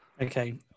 Okay